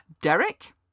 Derek